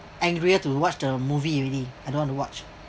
angrier to watch the movie already I don't want to watch